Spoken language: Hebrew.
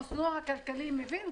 קבענו משהו וזורקים עליו הכול כי אנחנו